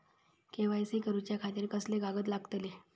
KYC करूच्या खातिर कसले कागद लागतले?